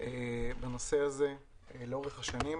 בנושא הזה לאורך השנים.